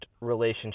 relationship